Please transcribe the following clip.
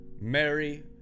Mary